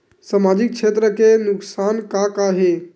सामाजिक क्षेत्र के नुकसान का का हे?